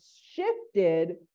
shifted